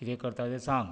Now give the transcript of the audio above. कितें करताय तें सांग